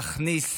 להכניס